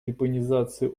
вепонизации